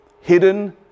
Hidden